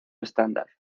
estándar